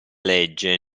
legge